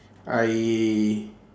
I